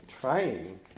trying